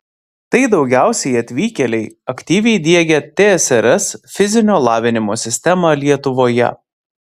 tai daugiausiai atvykėliai aktyviai diegę tsrs fizinio lavinimo sistemą lietuvoje